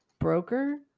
broker